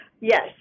Yes